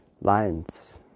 lions